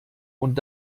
und